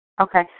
Okay